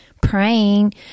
praying